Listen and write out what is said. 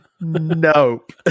nope